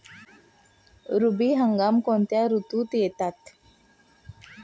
रब्बी हंगाम कोणत्या ऋतूत येतात?